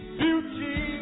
beauty